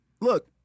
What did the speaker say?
look